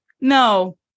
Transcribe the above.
No